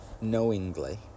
knowingly